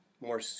more